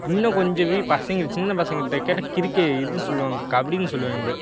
இன்னுங்கொஞ்சம் போய் பசங்க சின்னப்பசங்கள்ட்ட கேட்டா கிரிக்கே இதுன்னு சொல்வாங்க கபடின்னு சொல்லுவாங்க